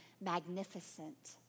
magnificent